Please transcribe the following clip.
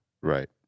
Right